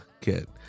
get